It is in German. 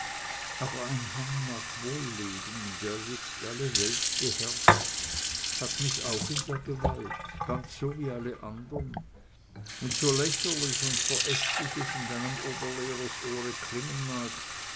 aber ein hang nach wohlleben der jetzt alle welt beherrscht hat mich auch in der gewalt ganz so wie alle anderen und so lächerlich und verächtlich es in deinem oberlehrers ohre klingen mag